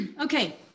Okay